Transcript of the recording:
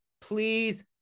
please